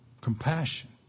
Compassion